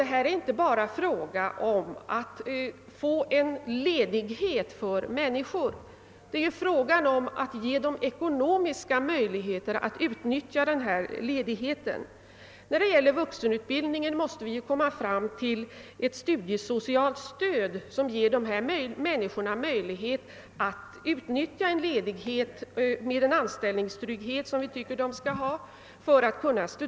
Det är inte bara fråga om att ordna en ledighet för människor, utan det gäller också att ge dem ekonomiska möjligheter att utnyttja densamma. Beträffande vuxenutbildningen måste vi få ett studiesocialt stöd som möjliggör för vederbörande att utnyttja en ledighet för studier och detta med den anställningstrygghet som kan anses rimlig.